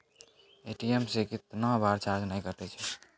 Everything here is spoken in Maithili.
ए.टी.एम से कैतना बार चार्ज नैय कटै छै?